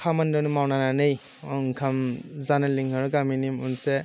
खामानि दामानि मावनानै ओंखाम जानो लिंहरो गामिनि मोनसे